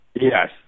Yes